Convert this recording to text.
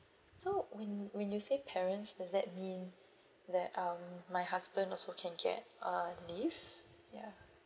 so when when you say parents does that mean that um my husband also can get uh leave ya